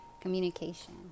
Communication